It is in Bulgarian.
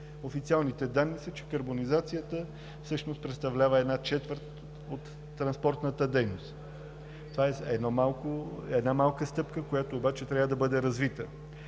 Официалните данни са, че карбонизацията всъщност представлява една четвърт от транспортната дейност. Това е една малка стъпка, която обаче трябва да бъде развита.